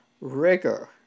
rigor